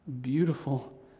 Beautiful